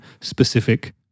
specific